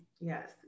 yes